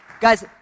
Guys